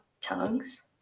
tongues